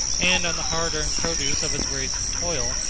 and on the hard-earned produce of his wearisome toil,